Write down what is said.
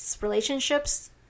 Relationship's